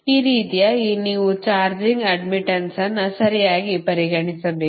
ಈ ರೀತಿಯಾಗಿ ನೀವು ಚಾರ್ಜಿಂಗ್ ಅಡ್ಡ್ಮಿಟ್ಟನ್ಸ್ ಅನ್ನು ಸರಿಯಾಗಿ ಪರಿಗಣಿಸಬೇಕು